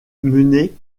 menait